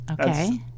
okay